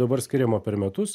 dabar skiriama per metus